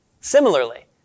Similarly